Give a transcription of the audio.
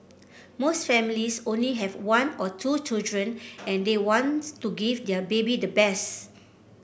most families only have one or two children and they wants to give their baby the best